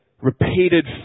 repeated